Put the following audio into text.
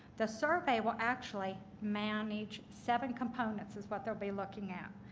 the survey will actually manage seven components is what they'll be looking at.